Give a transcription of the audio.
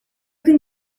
can